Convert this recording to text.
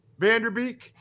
Vanderbeek